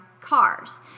cars